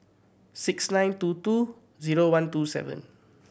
six nine two two zero one two seven